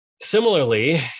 Similarly